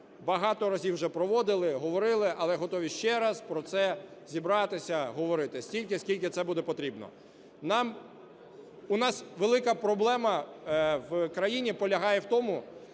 багато разів вже проводили, говорили, але готові ще раз про це зібратися, говорити стільки, скільки це буде потрібно. У нас велика проблема в країні полягає в тому,